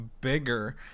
bigger